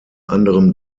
anderem